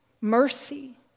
Mercy